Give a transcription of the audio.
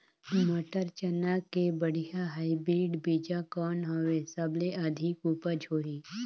मटर, चना के बढ़िया हाईब्रिड बीजा कौन हवय? सबले अधिक उपज होही?